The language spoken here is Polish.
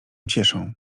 cieszą